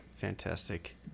fantastic